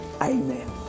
Amen